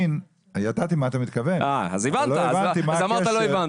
ידעתי למה אתה מתכוון, אבל לא הבנתי מה הקשר.